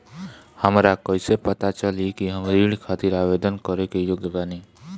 हमरा कईसे पता चली कि हम ऋण खातिर आवेदन करे के योग्य बानी?